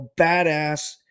Badass